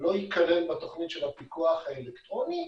לא ייכלל בתוכנית הפיקוח האלקטרוני,